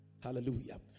Hallelujah